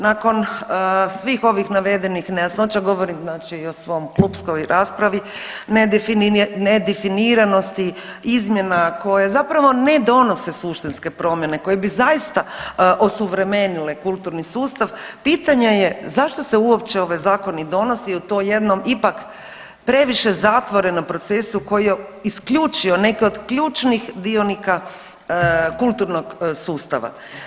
Nakon svih ovih navedenih nejasnoća, govorim znači i o svojoj klupskoj raspravi, nedefiniranosti izmjena koje zapravo ne donose suštinske promjene koje bi zaista osuvremenile kulturni sustav pitanje je zašto se uopće ovaj zakon i donosi u tom jednom ipak previše zatvorenom procesu koji je isključio neke od ključnih dionika kulturnog sustava.